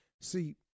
See